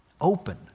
Open